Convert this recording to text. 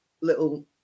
little